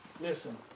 listen